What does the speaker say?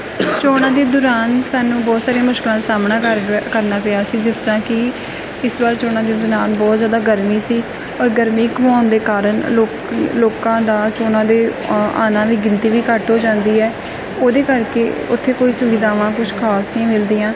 ਚੋਣਾਂ ਦੇ ਦੌਰਾਨ ਸਾਨੂੰ ਬਹੁਤ ਸਾਰੀਆਂ ਮੁਸ਼ਕਿਲਾਂ ਦਾ ਸਾਹਮਣਾ ਕਰਵੈ ਕਰਨਾ ਪਿਆ ਸੀ ਜਿਸ ਤਰ੍ਹਾਂ ਕਿ ਇਸ ਵਾਰ ਚੋਣਾਂ ਦੇ ਦੌਰਾਨ ਬਹੁਤ ਜ਼ਿਆਦਾ ਗਰਮੀ ਸੀ ਔਰ ਗਰਮੀ ਹੋਣ ਦੇ ਕਾਰਨ ਲੋਕ ਲੋਕਾਂ ਦਾ ਚੋਣਾਂ ਦੇ ਉਹਨਾਂ ਵੀ ਗਿਣਤੀ ਵੀ ਘੱਟ ਹੋ ਜਾਂਦੀ ਹੈ ਉਹਦੇ ਕਰਕੇ ਉੱਥੇ ਕੋਈ ਸੁਵਿਧਾਵਾਂ ਕੁਛ ਖਾਸ ਨਹੀਂ ਮਿਲਦੀਆਂ